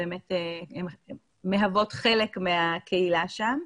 ובאמת הן מהוות חלק מהקהילה שם.